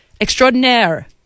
Extraordinaire